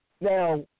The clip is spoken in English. Now